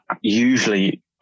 usually